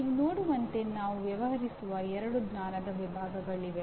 ನೀವು ನೋಡುವಂತೆ ನಾವು ವ್ಯವಹರಿಸುವ ಎರಡು ಜ್ಞಾನದ ವಿಭಾಗಗಳಿವೆ